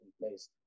place